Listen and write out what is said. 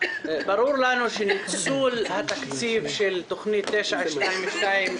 ברור לנו שניצול התקציב של תוכנית 922,